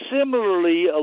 similarly